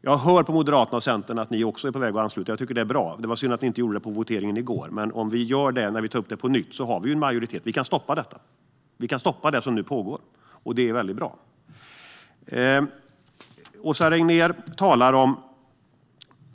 Jag hör dessutom på Moderaterna och Centern att ni är på väg att ansluta er. Även detta är bra. Det var synd att ni inte gjorde det på voteringen i går, men om ni gör det när vi tar upp frågan på nytt har vi en majoritet och kan stoppa detta. Vi kan stoppa det som nu pågår, och det är väldigt bra.